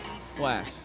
splash